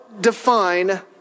define